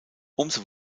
umso